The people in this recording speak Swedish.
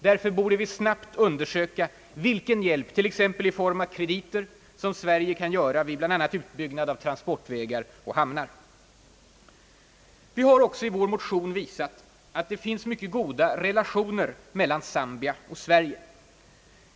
Därför borde vi snabbt undersöka vilken hjälp, t.ex. i form av krediter, som Sverige kan ge vid bl.a. utbyggnad av transportvägar och hamnar. Vi har också i våra motioner visat att det finns mycket goda relationer mellan Zambia och Sverige.